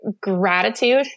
gratitude